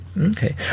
Okay